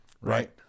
right